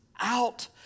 out